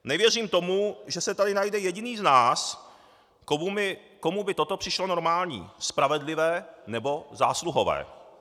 Nevěřím tomu, že se tady najde jediný z nás, komu by toto přišlo normální, spravedlivé nebo zásluhové.